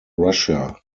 russia